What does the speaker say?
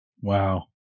Wow